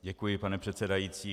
Děkuji, pane předsedající.